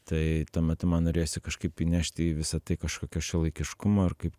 tai tuo metu man norėjosi kažkaip įnešti į visa tai kažkokio šiuolaikiškumo ir kaip